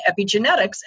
epigenetics